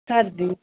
سردی